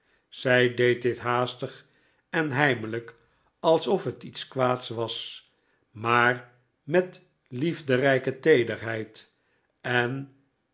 zij deed dit haastig en heimelijk alsof het iets kwaads was maar met liefderijke teederheid en